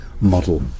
model